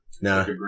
No